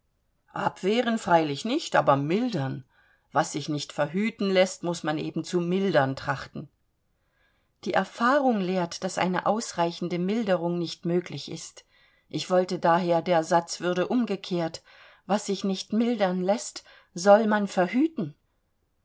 abwehren freilich nicht aber mildern was sich nicht verhüten läßt muß man eben zu mildern trachten die erfahrung lehrt daß eine ausreichende milderung nicht möglich ist ich wollte daher der satz würde umgekehrt was sich nicht mildern läßt soll man verhüten